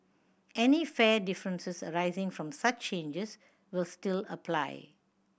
any fare difference arising from such changes will still apply